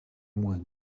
moins